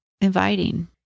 inviting